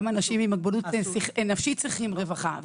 גם אנשים עם מוגבלות נפשית צריכים רווחה.